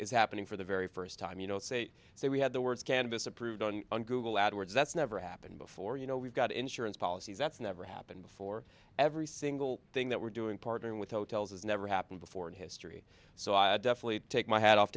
is happening for the very first time you know say so we had the words canvas approved on words that's never happened before you know we've got insurance policies that's never happened before every single thing that we're doing partnering with hotels has never happened before in history so i definitely take my hat off